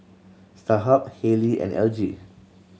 Starhub Haylee and L G